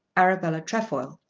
arabella trefoil.